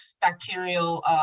bacterial